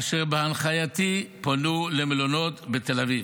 אשר בהנחייתי פונו למלונות בתל אביב.